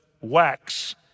wax